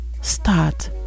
Start